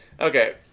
okay